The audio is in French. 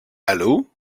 allo